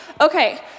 Okay